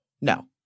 No